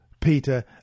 Peter